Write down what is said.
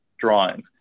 drawings